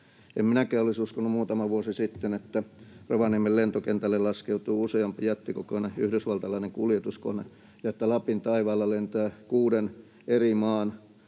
En minäkään olisi uskonut muutama vuosi sitten, että Rovaniemen lentokentälle laskeutuu useampi jättikokoinen yhdysvaltalainen kuljetuskone ja että Lapin taivaalla lentää kuuden eri maan